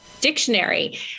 Dictionary